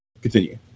continue